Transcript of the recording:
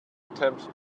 attempt